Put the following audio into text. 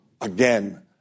Again